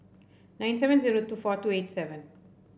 nine seven zero two four two eight seven